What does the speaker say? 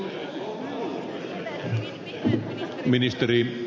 arvoisa puhemies